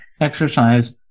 exercise